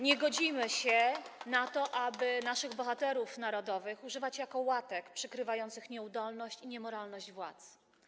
Nie godzimy się na to, aby naszych bohaterów narodowych używać jako łatek przykrywających nieudolność i niemoralność władz.